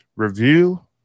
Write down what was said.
review